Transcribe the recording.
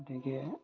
গতিকে